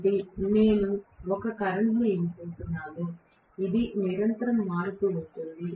కాబట్టి నేను ఒక కరెంట్ ఇవ్వబోతున్నాను ఇది నిరంతరం మారుతూ ఉంటుంది